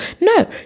no